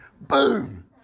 Boom